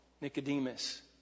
Nicodemus